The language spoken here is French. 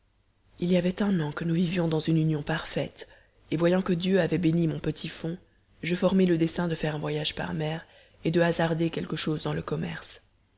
il y avait un an que nous vivions dans une union parfaite et voyant que dieu avait béni mon petit fonds je formai le dessein de faire un voyage par mer et de hasarder quelque chose dans le commerce